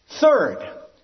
Third